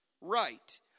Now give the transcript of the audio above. Right